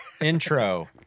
Intro